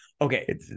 Okay